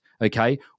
Okay